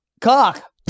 Cock